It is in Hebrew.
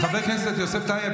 חבר הכנסת יוסף טייב,